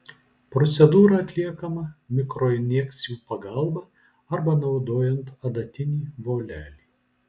procedūra atliekama mikroinjekcijų pagalba arba naudojant adatinį volelį